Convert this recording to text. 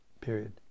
Period